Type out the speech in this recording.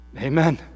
Amen